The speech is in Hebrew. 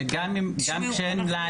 שגם שאין מלאי,